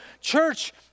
church